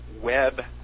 web